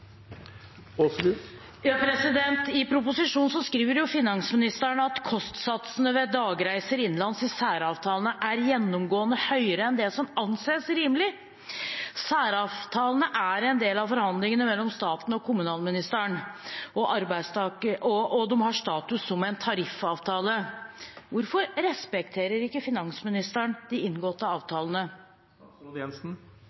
gjennomgående høyere enn det som anses rimelig. Særavtalene er en del av forhandlingene mellom staten, kommunalministeren og arbeidstakerne, og de har status som en tariffavtale. Hvorfor respekterer ikke finansministeren de inngåtte